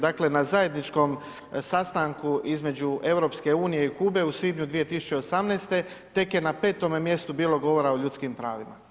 Dakle, na zajedničkom sastanku između EU i Kube u svibnju 2018. tek je na petome mjestu bilo govora o ljudskim pravima.